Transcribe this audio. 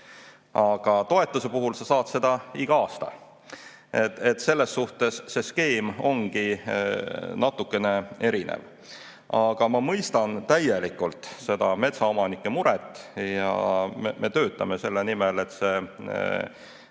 aga toetuse puhul sa saad seda igal aastal. Selles suhtes see skeem ongi natukene erinev. Aga ma mõistan täielikult metsaomanike muret. Ja me töötame selle nimel, et